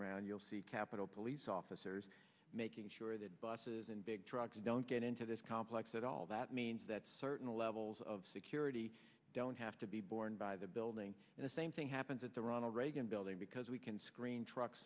around you'll see capitol police officers making sure that buses and big trucks don't get into this complex at all that means that certain levels of security don't have to be borne by the building and the same thing happens at the ronald reagan building because we can screen truck